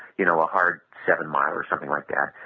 you know, a hard seven mile or something like yeah